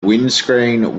windscreen